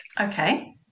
Okay